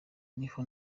niho